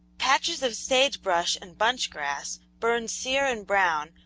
patches of sage-brush and bunch grass, burned sere and brown,